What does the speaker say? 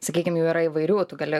sakykim jų yra įvairių tu gali